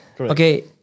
Okay